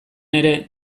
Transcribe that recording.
ere